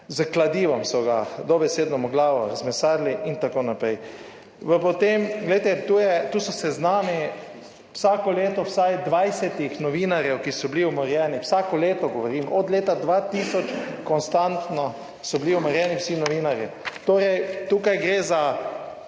s kladivom so ga dobesedno mu glavo razmesarili in tako naprej. Poglejte, tu je, tu so seznami vsako leto vsaj 20 novinarjev, ki so bili umorjeni, vsako leto, govorim od leta 2000 konstantno so bili umorjeni vsi novinarji. Torej, tukaj gre za